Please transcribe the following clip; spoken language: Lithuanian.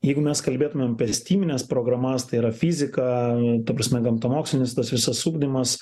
jeigu mes kalbėtumėm per stymines programas tai yra fizika ta prasme gamtamokslinis tas visas ugdymas